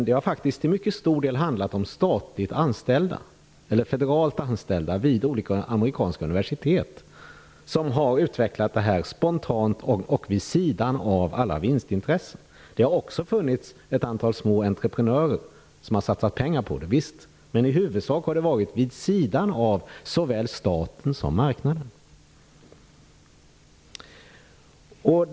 Det har faktiskt till mycket stor del handlat om statligt eller federalt anställda vid olika amerikanska universitet. De har utvecklat systemet spontant och vid sidan av alla vinstintressen. Visst har det också funnits ett antal små entreprenörer som har satsat pengar på det, men i huvudsak har det skett vid sidan av såväl staten som marknaden.